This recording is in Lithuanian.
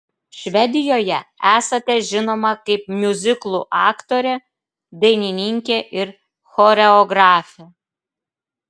švedijoje esate žinoma kaip miuziklų aktorė dainininkė ir choreografė